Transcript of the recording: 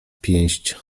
pięść